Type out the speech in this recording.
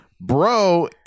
bro